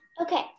Okay